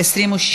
26